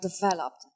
developed